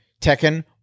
Tekken